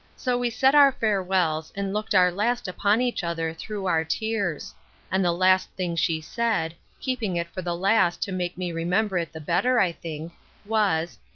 so we said our farewells, and looked our last upon each other through our tears and the last thing she said keeping it for the last to make me remember it the better, i think was,